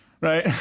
right